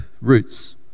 roots